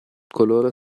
coloro